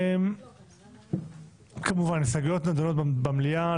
כמובן שההסתייגויות נידונות במליאה.